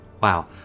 Wow